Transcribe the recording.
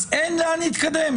אין לאן להתקדם.